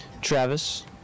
Travis